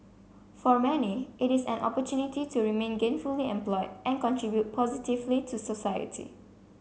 for many it is an opportunity to remain gainfully employed and contribute positively to society